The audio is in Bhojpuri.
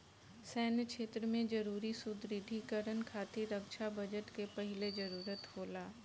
सैन्य क्षेत्र में जरूरी सुदृढ़ीकरन खातिर रक्षा बजट के पहिले जरूरत होला